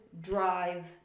drive